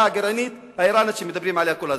הגרעינית האירנית שמדברים עליה כל הזמן.